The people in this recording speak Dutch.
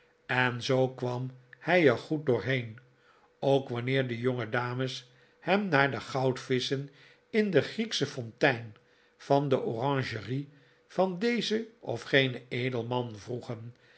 en zoo kwam hij er goed doorheen ook wanneer de jongedames hem naar de goudvisschen in de grieksche fontein van de oranjerie van dezen of genen edelman vroegen